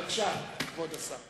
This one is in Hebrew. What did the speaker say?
בבקשה, כבוד השר.